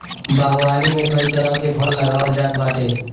बागवानी में कई तरह के फल लगावल जात बाटे